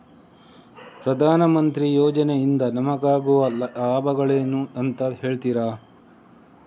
ಪ್ರಧಾನಮಂತ್ರಿ ಯೋಜನೆ ಇಂದ ನಮಗಾಗುವ ಲಾಭಗಳೇನು ಅಂತ ಹೇಳ್ತೀರಾ?